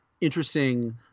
interesting